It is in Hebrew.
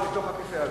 ומתוך הכיסא הזה.